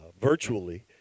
virtually